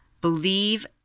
believe